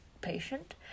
patient